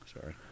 sorry